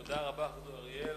תודה רבה, חבר הכנסת אריאל.